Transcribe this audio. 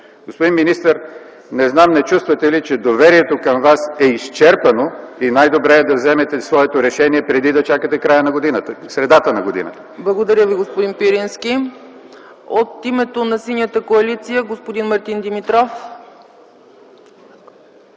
Господин министър, не знам не чувствате ли, че доверието към Вас е изчерпано и най-добре е да вземете своето решение преди чакате средата на годината. ПРЕДСЕДАТЕЛ ЦЕЦКА ЦАЧЕВА: Благодаря Ви, господин Пирински. От името на Синята коалиция – господин Мартин Димитров.